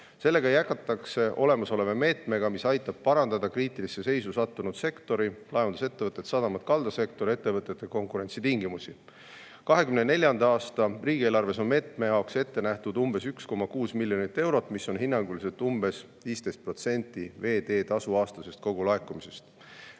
Sellega jätkatakse olemasoleva meetmega, mis aitab parandada kriitilisse seisu sattunud sektori – laevandusettevõtted, sadamad, kaldasektor – ettevõtete konkurentsitingimusi. 2024. aasta riigieelarves on meetme jaoks ette nähtud umbes 1,6 miljonit eurot, mis on hinnanguliselt umbes 15% veeteetasu aastasest kogulaekumisest.